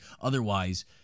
otherwise